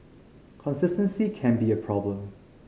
consistency can be a problem